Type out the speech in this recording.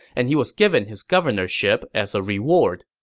and he was given his governorship as a reward.